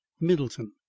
middleton